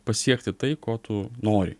pasiekti tai ko tu nori